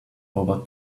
over